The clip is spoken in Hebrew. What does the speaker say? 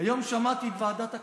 היום שמעתי את ועדת הכלכלה,